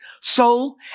soul